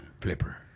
Flipper